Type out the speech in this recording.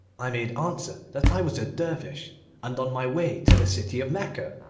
i made answer that i was a dervish and on my way to the city of mecca,